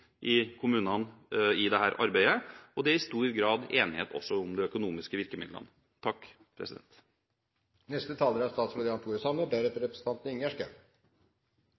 i kommunene i dette arbeidet. Det er også i stor grad enighet om de økonomiske virkemidlene. Jeg vil også konstatere at det nå er